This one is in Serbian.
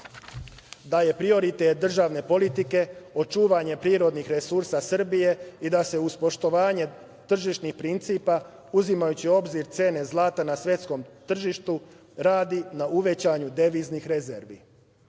da je prioritet državne politike očuvanje prirodnih resursa Srbije i da se uz poštovanje tržišnih principa, uzimajući u obzir cene zlata na svetskom tržištu, radi na uvećanju deviznih rezervi. Takođe,